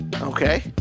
Okay